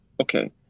okay